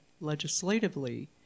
legislatively